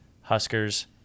Huskers